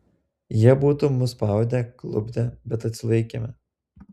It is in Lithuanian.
jie būtų mus spaudę klupdę bet atsilaikėme